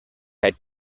had